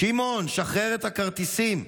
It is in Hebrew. שמעון, שחרר את הכרטיסים.